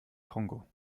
kongo